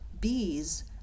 bees